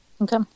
Okay